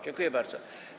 Dziękuję bardzo.